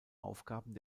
aufgaben